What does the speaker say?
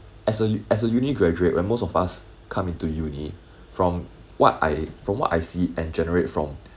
as a as a uni graduate when most of us come into uni from what I from what I see and generate from